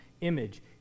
image